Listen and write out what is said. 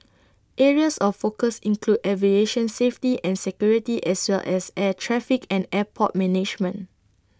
areas of focus include aviation safety and security as well as air traffic and airport management